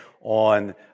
on